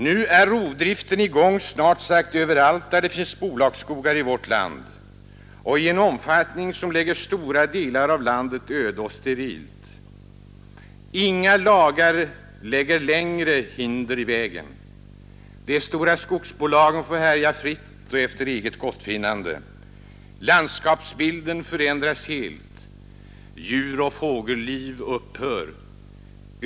Nu är rovdriften i gång snart sagt överallt där det finns bolagsskogar i vårt land, och i en sådan omfattning att den lägger stora delar av landet öde och sterila. Inga lagar lägger längre hinder i vägen. De stora skogsbolagen får härja fritt och efter eget gottfinnande. Landskapsbilden förändras helt. Djuroch fågelliv upphör.